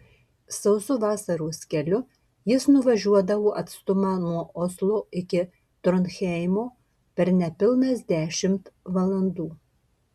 sausu vasaros keliu jis nuvažiuodavo atstumą nuo oslo iki tronheimo per nepilnas dešimt valandų